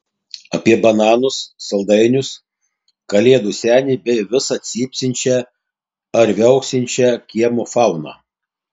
apie bananus saldainius kalėdų senį bei visą cypsinčią ar viauksinčią kiemo fauną